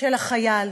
של החייל